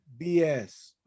BS